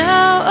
Now